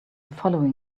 following